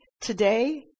today